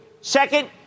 Second